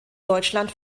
deutschland